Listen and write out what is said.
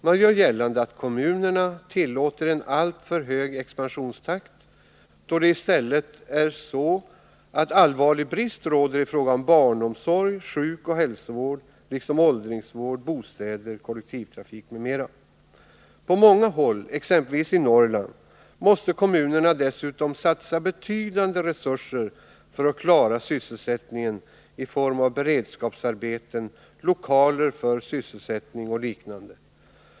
Man gör gällande att kommunerna tillåter en alltför hög expansionstakt, då i stället allvarlig brist råder i fråga om barnomsorg, sjukoch hälsovård, åldringsvård, bostäder, kollektivtrafik m.m. På många håll i exempelvis Norrland måste kommunerna dessutom satsa betydande resurser för att klara sysselsättningen i form av beredskapsarbeten, lokaler för sysselsättning och liknande.